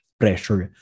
pressure